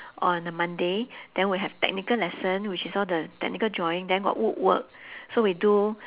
on a monday then we have technical lesson which is all the technical drawing then got wood work so we do